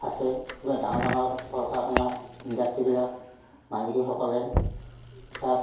আছে ডাঙৰ ডাঙৰ কল কাৰখানা ইণ্ডাষ্ট্ৰীবিলাক মালিকীসকলে তাত